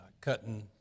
cutting